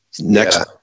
next